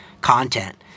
content